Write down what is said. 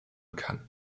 kann